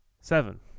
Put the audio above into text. Seven